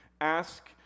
ask